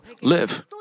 live